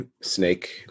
Snake